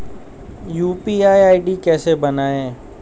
UPI ID कैसे बनाएं?